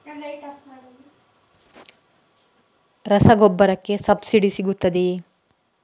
ರಸಗೊಬ್ಬರಕ್ಕೆ ಸಬ್ಸಿಡಿ ಸಿಗುತ್ತದೆಯೇ?